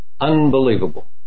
Unbelievable